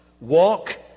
walk